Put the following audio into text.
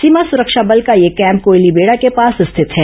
सीमा सुरक्षा बल का यह कैम्प कोयलीबेड़ा के पास स्थित है